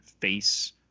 face